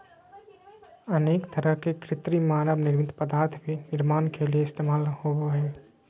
अनेक तरह के कृत्रिम मानव निर्मित पदार्थ भी निर्माण के लिये इस्तेमाल होबो हइ